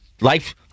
life